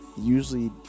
usually